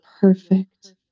perfect